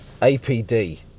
APD